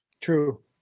True